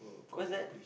what's that